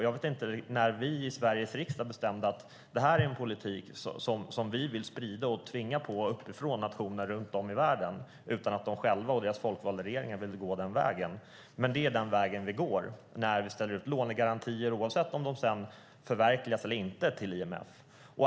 Jag vet inte när vi i Sveriges riksdag bestämde att det är en politik som vi vill sprida och uppifrån tvinga på nationer runt om i världen utan att de själva och deras folkvalda regeringar vill gå den vägen. Men det är den vägen vi går när vi lämnar lånegarantier till IMF, oavsett om de sedan förverkligas eller inte.